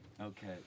Okay